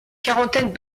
quarantaine